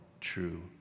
true